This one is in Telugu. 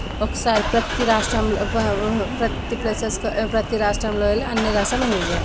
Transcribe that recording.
ఒకసారి ప్రతి రాష్ట్రంలో ప్రతి ప్లేసెస్ ప్రతి రాష్ట్రంలో వెళ్ళి అన్ని రాష్ట్రం ఎంజాయ్ చేయండి